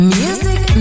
music